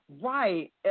Right